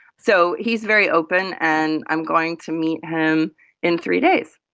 so he's very open and i am going to meet him in three days.